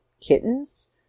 kittens